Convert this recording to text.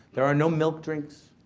there are no milk drinks.